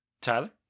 Tyler